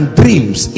dreams